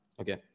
Okay